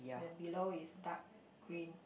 the below is dark green